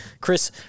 Chris